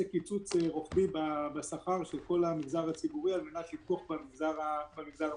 קיצוץ רוחבי בשכר של כל המגזר הציבורי על מנת לתמוך במגזר הפרטי.